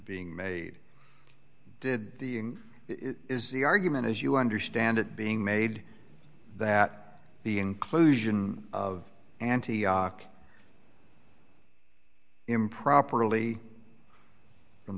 being made did it is the argument as you understand it being made that the inclusion of antioch improperly from